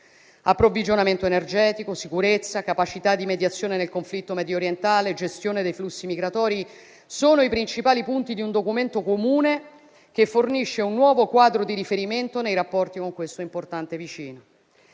Approvvigionamento energetico, sicurezza, capacità di mediazione nel conflitto mediorientale, gestione dei flussi migratori sono i principali punti di un documento comune che fornisce un nuovo quadro di riferimento nei rapporti con questo importante vicino.